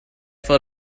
for